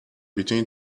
between